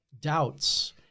doubts